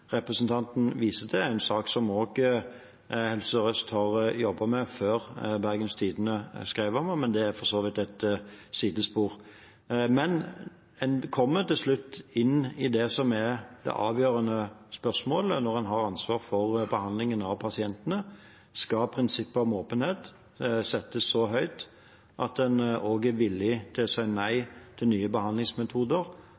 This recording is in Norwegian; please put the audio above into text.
representanten viser til, er en sak også Helse Sør-Øst har jobbet med før Bergens Tidende skrev om den, men det er for så vidt et sidespor. En kommer til slutt til det som er det avgjørende spørsmålet når en har ansvar for behandlingen av pasientene: Skal prinsippet om åpenhet settes så høyt at en også er villig til å si